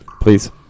Please